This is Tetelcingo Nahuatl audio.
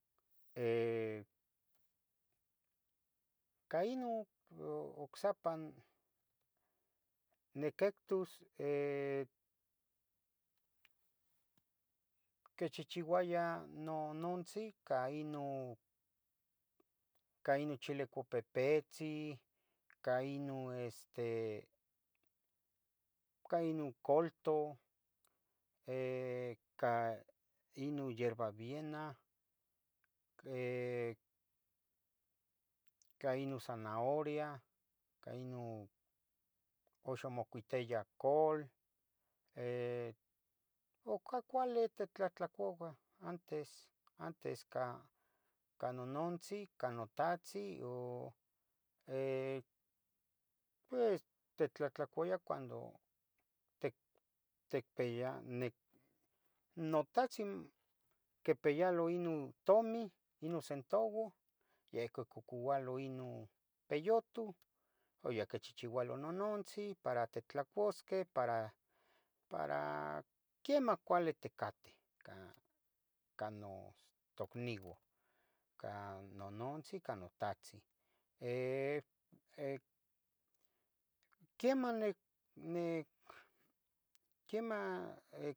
ca ino ocsepa niquihtus, quichichiuaya nonotzin ca ino, ca ino chile pupepetzi, ca ino este, ca ino coldo, ca ino yerbabiena, ca ino zanahoria, ca ino uxa mocuitia col, o ca cuali te tlahtlacuah antes, antes ca nonontzi ca notahtzi, o, pues tetlahtlacoiya cuando tec- tecpia nic notahtzi quipialo ino tomi, ino centuvo, yehua quicoualo ino peyutu, oyaca quichichiualo nonontzi, para titlacuasqueh, para, para quiemah cuali ticateh, ca, cano tocniua, ca nonontzin ca notahtzi, ec, quiemah nic nic, quiema ec,